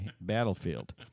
battlefield